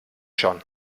schon